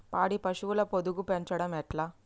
పాడి పశువుల పొదుగు పెంచడం ఎట్లా?